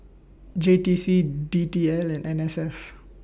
J T C D T L and N S F